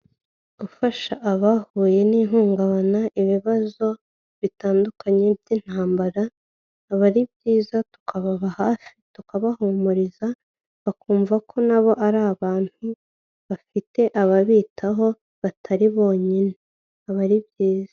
Gufasha abahuye n'ihungabana, ibibazo bitandukanye by'intambara, aba ari byiza, tukababa hafi, tukabahumuriza, bakumva ko na bo ari abantu bafite ababitaho, batari bonyine. Aba ari byiza.